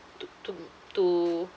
to to to